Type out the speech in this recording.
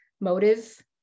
motive